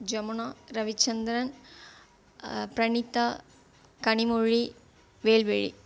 Jamuna Ravichandran Pranitha Kanimozhi Velvizhi